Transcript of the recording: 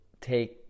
take